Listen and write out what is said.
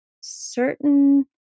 certain